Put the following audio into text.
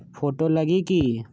Photo लगी कि?